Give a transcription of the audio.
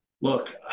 look